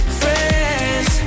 friends